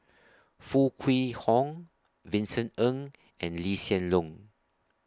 Foo Kwee Horng Vincent Ng and Lee Hsien Loong